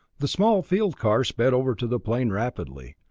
the small field car sped over to the plane rapidly.